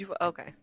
okay